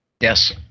Yes